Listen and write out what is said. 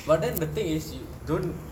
but then the thing is you don't